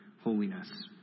holiness